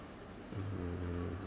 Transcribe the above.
mm